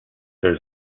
there